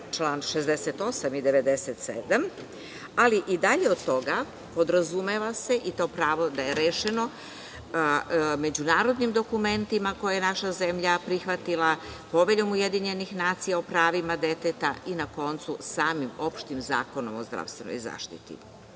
član 68. i 97, ali i dalje od toga. Podrazumeva se i to pravo da je rešeno međunarodnim dokumentima koje je naša zemlja prihvatila Poveljom UN o pravima deteta i na koncu samim opštim Zakonom o zdravstvenoj zaštiti. Još